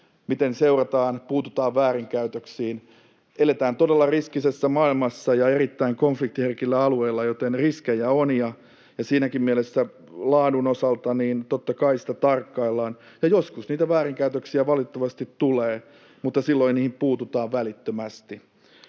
väärinkäytöksiä, puututaan väärinkäytöksiin. Eletään todella riskisessä maailmassa ja erittäin konfliktiherkillä alueilla, joten riskejä on, ja siinäkin mielessä laadun osalta, totta kai, tarkkaillaan. Joskus niitä väärinkäytöksiä valitettavasti tulee, mutta silloin niihin puututaan välittömästi.